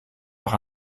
auch